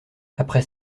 après